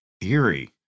Theory